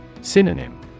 Synonym